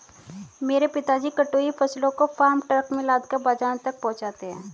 मेरे पिताजी कटी हुई फसलों को फार्म ट्रक में लादकर बाजार तक पहुंचाते हैं